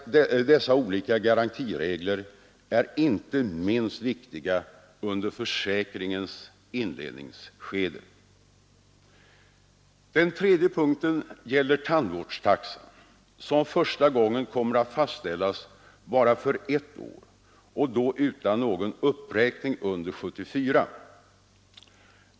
Dessa olika garantiregler är inte minst viktiga under försäkringens inledningsskede. Den tredje punkten gäller tandvårdstaxan som första gången kommer att fastställas bara för ett år och då utan någon uppräkning under 1974.